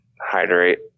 hydrate